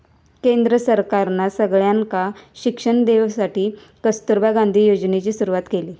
केंद्र सरकारना सगळ्यांका शिक्षण देवसाठी कस्तूरबा गांधी योजनेची सुरवात केली